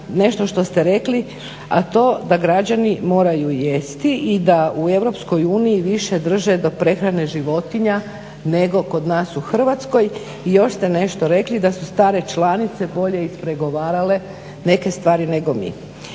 nešto što ste rekli, a to je da građani moraju jesti i da u EU više drže do prehrane životinja nego kod nas u Hrvatskoj i još ste nešto rekli da su stare članice bolje ispregovarale neke stvari nego mi.